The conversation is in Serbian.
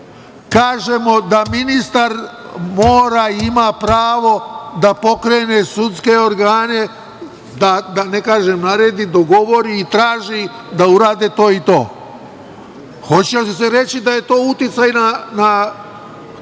kažemo da ministar mora i ima pravo da pokrene sudske organe, da ne kažem naredi, dogovori i traži da urade to i to? Da li će se reći da je to uticaj na